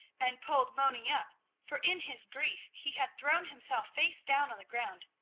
and pulled moni up, for in his grief he had thrown himself face down on the ground.